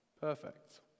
perfect